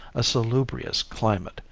a salubrious climate,